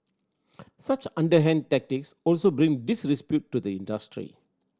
such underhand tactics also bring disrepute to the industry